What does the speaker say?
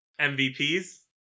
MVPs